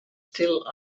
still